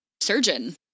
surgeon